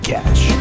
Cash